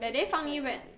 that day fang yi went